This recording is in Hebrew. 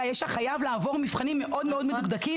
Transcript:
הישע חייב לעבור מבחנים מאוד מדוקדקים.